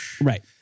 Right